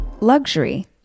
Luxury